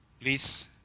Please